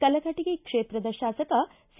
ಕಲಘಟಗಿ ಕ್ಷೇತ್ರದ ಶಾಸಕ ಸಿ